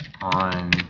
on